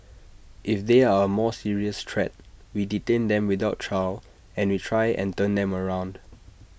if they are A more serious threat we detain them without trial and we try and turn them around